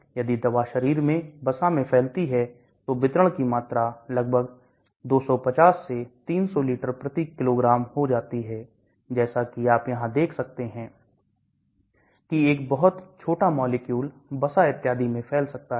यदि दवा शरीर में वसा में फैलती है तो वितरण की मात्रा लगभग 250 से 300 लीटर किग्रा हो जाती है जैसा कि आप यहां देख सकते हैं कि एक बहुत छोटा मॉलिक्यूल बसा इत्यादि में फैल सकता है